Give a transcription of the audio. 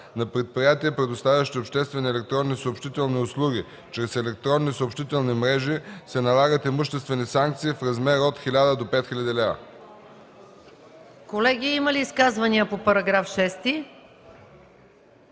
на предприятия, предоставящи обществени електронни съобщителни услуги чрез електронни съобщителни мрежи, се налагат имуществени санкции в размер от 1000 до 5000 лв.”. ПРЕДСЕДАТЕЛ МАЯ МАНОЛОВА: Колеги, има ли изказвания по § 6?